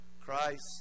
Christ